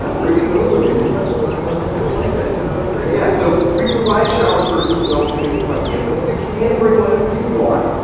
so very good. someone's been reading the website. alright, i like that jenna. that's great. yeah so we provide shower curtains in all the spaces on campus. you can bring one if you want.